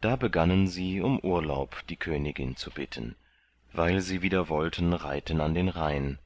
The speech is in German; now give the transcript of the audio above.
da begannen sie um urlaub die königin zu bitten weil sie wieder wollten reiten an den rhein